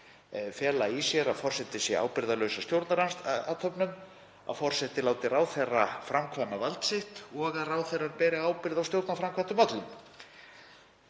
fela í sér að forseti sé ábyrgðarlaus af stjórnarathöfnum, að forseti láti ráðherra framkvæma vald sitt og að ráðherrar beri ábyrgð á öllum stjórnarframkvæmdum.